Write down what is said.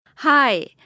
Hi